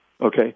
okay